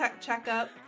checkup